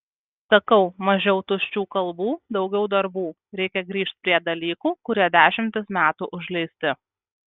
sakau mažiau tuščių kalbų daugiau darbų reikia grįžt prie dalykų kurie dešimtis metų užleisti